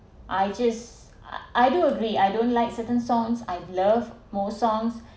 I just I I do agree I don't like certain songs I love more songs